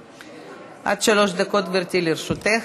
עד שלוש דקות, גברתי, לרשותך.